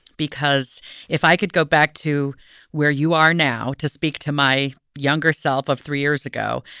because if i could go back to where you are now to speak to my younger self of three years ago,